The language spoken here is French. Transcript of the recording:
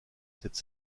cette